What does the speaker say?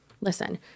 listen